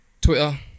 Twitter